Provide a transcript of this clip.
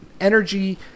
energy